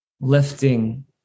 lifting